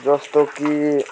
जस्तो कि